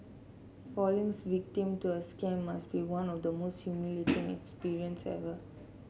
falling victim to a scam must be one of the most humiliating experience ever